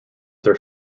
their